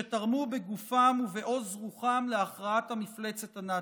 שתרמו בגופם ובעוז רוחם להכרעת המפלצת הנאצית.